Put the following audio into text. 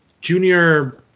junior